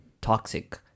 Toxic